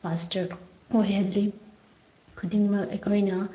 faster ꯑꯣꯏꯍꯜꯂꯤ ꯈꯨꯗꯤꯡꯃꯛ ꯑꯩꯈꯣꯏꯅ